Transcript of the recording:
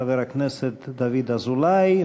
חבר הכנסת דוד אזולאי,